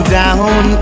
down